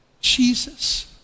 Jesus